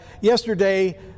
yesterday